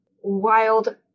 wild